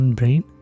brain